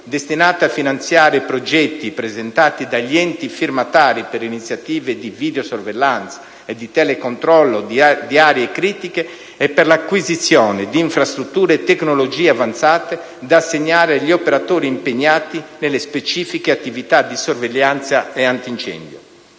destinata a finanziare progetti presentati dagli enti firmatari per iniziative di videosorveglianza e telecontrollo di aree critiche e per l'acquisizione di infrastrutture e tecnologie avanzate, da assegnare agli operatori impegnati nelle specifiche attività di sorveglianza e antincendio.